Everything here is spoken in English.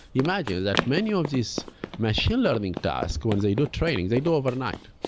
imagine that many of these machine learning task when they do training, they do overnight.